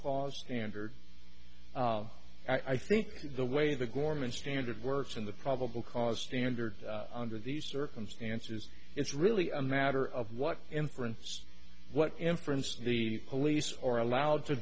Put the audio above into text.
cause standard i think the way the gorman standard works in the probable cause standard under these circumstances it's really a matter of what inference what inference the police are allowed to